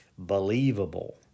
believable